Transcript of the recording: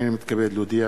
הנני מתכבד להודיעכם,